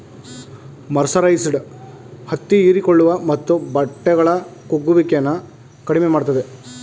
mercerised ಹತ್ತಿ ಹೀರಿಕೊಳ್ಳುವ ಮತ್ತು ಬಟ್ಟೆಗಳ ಕುಗ್ಗುವಿಕೆನ ಕಡಿಮೆ ಮಾಡ್ತದೆ